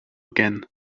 again